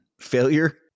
Failure